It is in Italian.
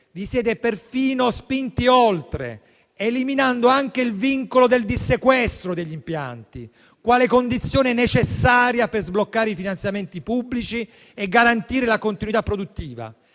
vi siete perfino spinti oltre, eliminando anche il vincolo del dissequestro degli impianti quale condizione necessaria per sbloccare i finanziamenti pubblici e garantire la continuità produttiva.